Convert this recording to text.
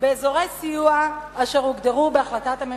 באזורי סיוע אשר הוגדרו בהחלטת הממשלה.